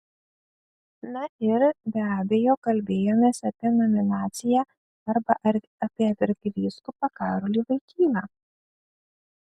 na ir be abejo kalbėjomės apie nominaciją arba apie arkivyskupą karolį voitylą